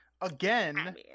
again